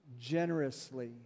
generously